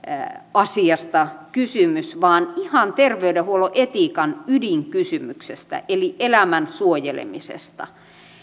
asiasta kysymys vaan ihan terveydenhuollon etiikan ydinkysymyksestä eli elämän suojelemisesta